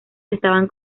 estaban